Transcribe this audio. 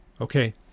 Okay